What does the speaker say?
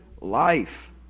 life